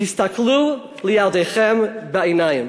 הסתכלו לילדיכם בעיניים.